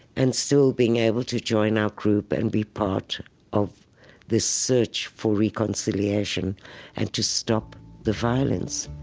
and still being able to join our group and be part of this search for reconciliation and to stop the violence,